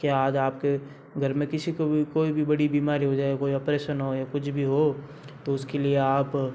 के आज आप के घर में किसी को भी कोई बड़ी बीमारी हो जाएँ कोई ऑपरेशन हो या कुछ भी हो तो उसके लिए आप